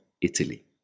Italy